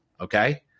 okay